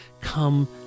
come